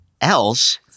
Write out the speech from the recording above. else